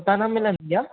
हुतां न मिलंदा